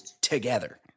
together